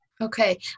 Okay